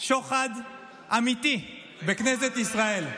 שוחד אמיתי בכנסת ישראל.